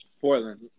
Portland